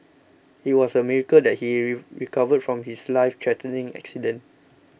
it was a miracle that he recovered from his lifethreatening accident